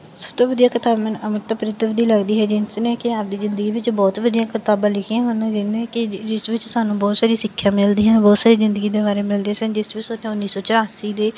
ਸਭ ਤੋਂ ਵਧੀਆ ਕਿਤਾਬ ਮੈਨੂੰ ਅੰਮ੍ਰਿਤਾ ਪ੍ਰੀਤਮ ਦੀ ਲੱਗਦੀ ਹੈ ਜਿਸ ਨੇ ਕਿ ਆਪਦੀ ਜ਼ਿੰਦਗੀ ਵਿੱਚ ਬਹੁਤ ਵਧੀਆ ਕਿਤਾਬਾਂ ਲਿਖੀਆਂ ਹਨ ਜਿੰਨੇ ਕਿ ਜਿਸ ਵਿੱਚ ਸਾਨੂੰ ਬਹੁਤ ਸਾਰੀ ਸਿੱਖਿਆ ਮਿਲਦੀ ਹੈ ਬਹੁਤ ਸਾਰੀ ਜ਼ਿੰਦਗੀ ਦੇ ਬਾਰੇ ਮਿਲਦੀ ਸੀ ਜਿਸ ਵਿੱਚ ਸਾਨੂੰ ਉੱਨੀ ਸੌ ਚੁਰਾਸੀ ਦੇ